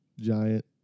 giant